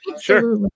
Sure